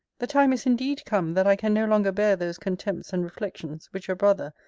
the time is indeed come that i can no longer bear those contempts and reflections which a brother,